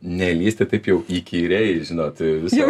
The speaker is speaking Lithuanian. nelįsti taip jau įkyriai žinot viso